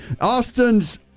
Austin's